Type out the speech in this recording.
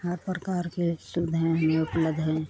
हर प्रकार की सुविधाएं हमें उपलब्ध हैं